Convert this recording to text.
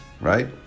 right